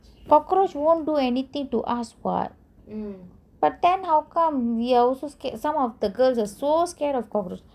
cockroach won't do anything to us [what] but then how come we are also scared some of the girls are so scared of cockroaches